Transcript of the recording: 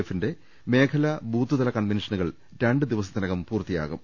എഫിന്റെ മേഖലാ ബൂത്ത് തല കൺവെൻഷനുകൾ രണ്ട് ദിവസത്തിനകും പൂർത്തിയാകും